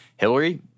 Hillary